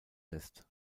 lässt